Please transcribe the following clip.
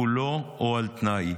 כולו או על תנאי.